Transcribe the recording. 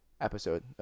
episode